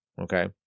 Okay